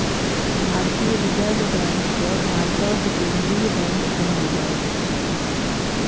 भारतीय reserve bank केँ भारतक केंद्रीय बैंक कहल जाइ छै